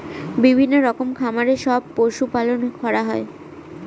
বিভিন্ন রকমের খামারে সব পশু পালন করা হয়